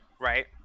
Right